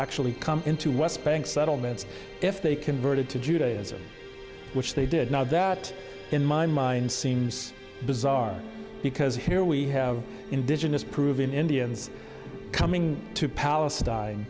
actually come into west bank settlements if they converted to judaism which they did not that in my mind seems bizarre because here we have indigenous proven indians coming to p